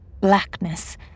blackness